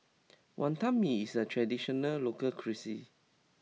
Wantan Mee is a traditional local cuisine